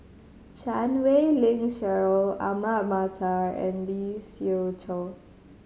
Chan Wei Ling Cheryl Ahmad Mattar and Lee Siew Choh